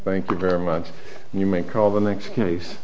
thank you very much and you may call the next case